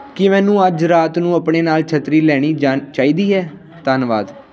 ਕੀ ਮੈਨੂੰ ਅੱਜ ਰਾਤ ਨੂੰ ਆਪਣੇ ਨਾਲ ਛੱਤਰੀ ਲੈਣੀ ਜਾ ਚਾਹੀਦੀ ਹੈ ਧੰਨਵਾਦ